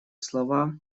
слова